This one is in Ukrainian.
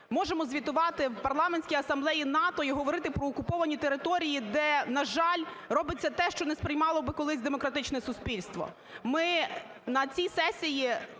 можемо звітувати в Парламентській Асамблеї НАТО і говорити про окуповані території, де, на жаль, робиться те, що не сприймало б колись демократичне суспільство. Ми на цій сесії